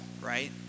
right